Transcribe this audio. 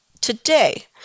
today